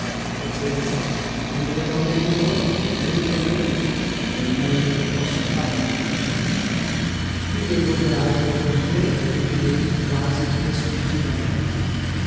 pazienza quando le donne ridono ridi anche tu è il meglio che possa fare vivevo per altro con me e di me quasi esclusivamente